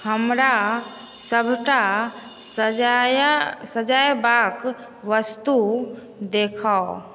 हमरा सबटा सजयबाक वस्तु देखाउ